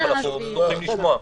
אבל אנחנו פתוחים לשמוע.